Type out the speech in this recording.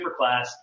superclass